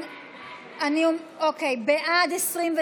בעד, 29,